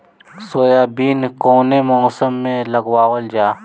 Soybean कौने मौसम में लगावल जा?